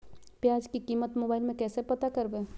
प्याज की कीमत मोबाइल में कैसे पता करबै?